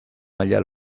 maila